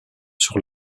sur